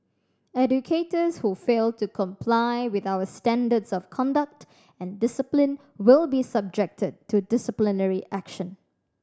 educators who fail to comply with our standards of conduct and discipline will be subjected to disciplinary action